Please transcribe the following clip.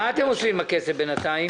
מה אתם עושים עם הכסף בינתיים?